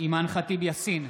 אימאן ח'טיב יאסין,